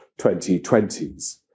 2020s